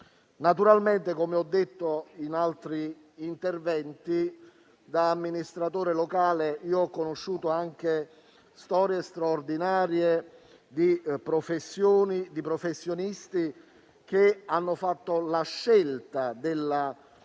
di velocità. Come ho detto in altri interventi, da amministratore locale ho conosciuto anche storie straordinarie di professionisti che hanno fatto la scelta della